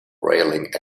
railing